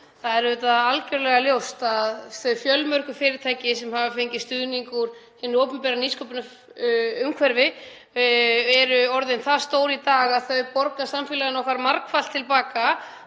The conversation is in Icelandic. Það er algjörlega ljóst að þau fjölmörgu fyrirtæki sem hafa fengið stuðning úr hinu opinbera nýsköpunarumhverfi eru orðin það stór í dag að þau borga samfélaginu okkar margfalt til baka